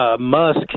Musk